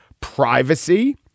Privacy